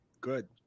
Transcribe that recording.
Good